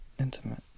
intimate